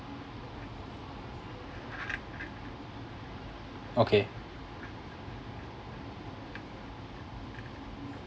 okay